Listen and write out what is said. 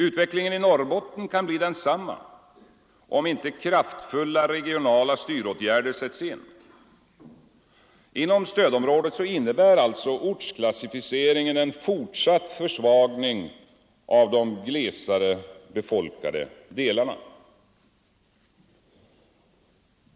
Utvecklingen i Norrbotten kan bli densamma om inte kraftfulla regionala styråtgärder sätts in. Inom stödområdet innebär alltså ortsklassificeringen en fortsatt försvagning av de glesare befolkade delarna.